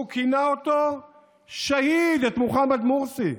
הוא כינה אותו שהיד, את מוחמד מורסי.